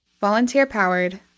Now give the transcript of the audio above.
volunteer-powered